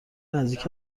نزدیک